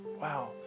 Wow